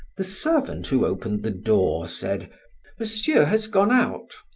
the servant who opened the door said monsieur has gone out.